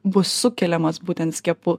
bus sukeliamas būtent skiepų